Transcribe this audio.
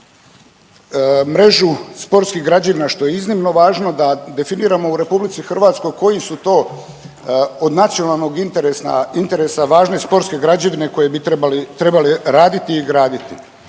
mrežu sportskih građevina, što je iznimno važno da definiramo u RH koji su to od nacionalnog interesa važne sportske građevine koje bi trebale raditi i graditi,